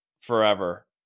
forever